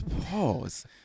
Pause